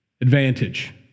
advantage